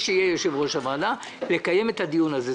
שיהיה יושב-ראש הוועדה לקיים את הדיון הזה.